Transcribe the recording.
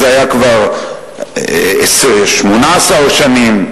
אז זה היה כבר 18 שנים?